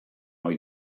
ohi